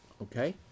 Okay